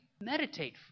Meditate